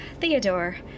Theodore